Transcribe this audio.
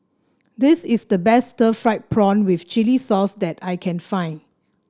this is the best Stir Fried Prawn with Chili Sauce that I can find